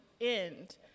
end